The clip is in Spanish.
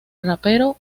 rapero